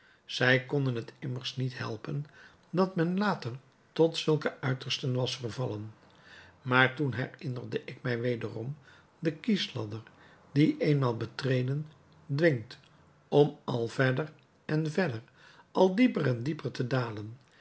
zij konden het immers niet helpen dat men later tot zulke uitersten was vervallen maar toen herinnerde ik mij wederom den kiesladder die eenmaal betreden dwingt om al verder en verder al dieper en dieper te dalen